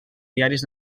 diaris